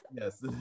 Yes